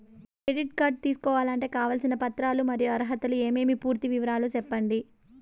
Credit card తీసుకోవాలంటే కావాల్సిన పత్రాలు మరియు అర్హతలు ఏమేమి పూర్తి వివరాలు సెప్పండి?